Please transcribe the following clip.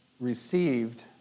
Received